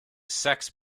sex